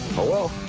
oh, well.